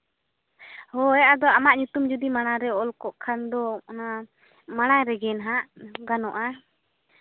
ᱦᱳᱭ ᱟᱫᱚ ᱟᱢᱟᱜ ᱧᱩᱛᱩᱢ ᱡᱩᱫᱤ ᱢᱟᱲᱟᱝ ᱨᱮ ᱚᱞ ᱠᱚᱜ ᱠᱷᱟᱱ ᱫᱚ ᱢᱟᱲᱟᱝ ᱨᱮᱜᱮ ᱦᱟᱸᱜ ᱜᱟᱱᱚᱜᱼᱟ